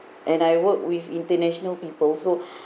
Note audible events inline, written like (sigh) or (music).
and I work with international people so (breath)